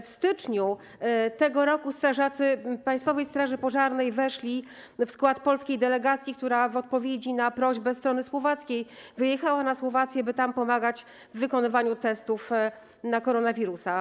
W styczniu tego roku strażacy Państwowej Straży Pożarnej weszli w skład polskiej delegacji, która w odpowiedzi na prośbę strony słowackiej wyjechała na Słowację, by tam pomagać w wykonywaniu testów na koronawirusa.